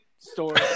story